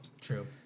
True